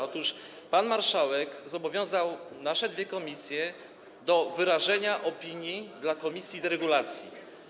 Otóż pan marszałek zobowiązał nasze dwie komisje do wyrażenia opinii dla komisji do spraw deregulacji.